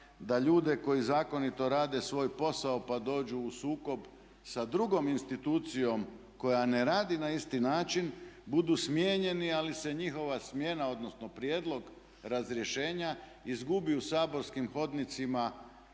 da ljude koji zakonito rade svoj posao pa dođu u sukob sa drugom institucijom koja ne radi na isti način budu smijenjeni ali se njihova smjena odnosno prijedlog razrješenja izgubi u saborskim hodnicima